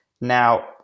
Now